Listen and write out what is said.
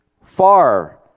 Far